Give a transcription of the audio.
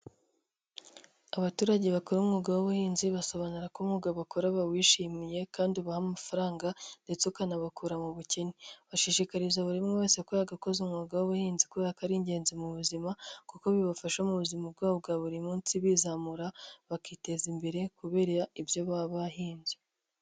Abaturage bakora umwuga w'ubuhinzi basobanura ko umwuga bakora bawishimiye kandi ubaha amafaranga ndetse ukanabakura mu bukene, bashishikariza buri umwe wese ko yakora umwuga w'ubuhinzi kubera ko ari ingenzi mu buzima kuko bibafasha mu buzima bwabo bwa buri munsi bizamura bakiteza imbere kubera ibyo baba bahinze.